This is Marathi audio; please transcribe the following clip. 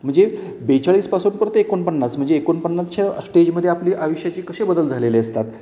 म्हणजे बेचाळीसपासून परत एकोणपन्नास म्हणजे एकोणपन्नासच्या स्टेजमध्ये आपली आयुष्याची कसे बदल झालेले असतात